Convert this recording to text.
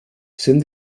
sent